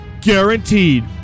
guaranteed